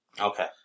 Okay